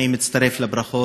אני מצטרף לברכות,